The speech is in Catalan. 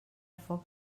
foc